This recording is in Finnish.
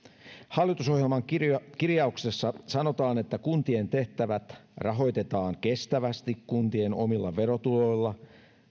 hallitusohjelman kirjauksessa sanotaan kuntien tehtävät rahoitetaan kestävästi kuntien omilla verotuloilla